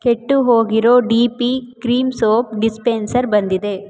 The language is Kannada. ಕೆಟ್ಟು ಹೋಗಿರೋ D P cream soap dispenser ಬಂದಿದೆ